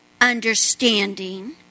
understanding